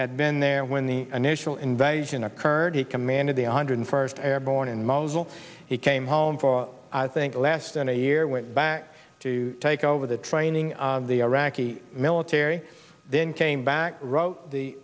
had been there when the initial invasion occurred he commanded the one hundred first airborne in mosul he came home for think less than a year went back to take over the training the iraqi military then came back wrote the